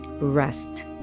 rest